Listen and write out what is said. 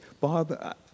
Bob